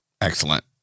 Excellent